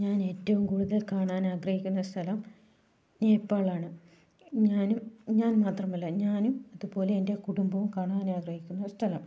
ഞാൻ ഏറ്റവും കൂടുതൽ കാണാൻ ആഗ്രഹിക്കുന്ന സ്ഥലം നേപ്പാളാണ് ഞാനും ഞാൻ മാത്രമല്ല ഞാനും അതുപോലെ എൻ്റെ കുടുംബവും കാണാൻ ആഗ്രഹിക്കുന്ന ഒരു സ്ഥലം